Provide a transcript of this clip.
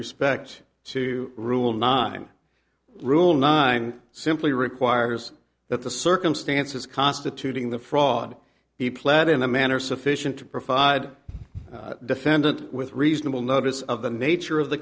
respect to rule nine rule nine simply requires that the circumstances constituting the fraud he pled in a manner sufficient to provide the defendant with reasonable notice of the nature of the